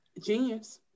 Genius